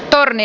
torni